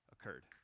occurred